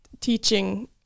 teaching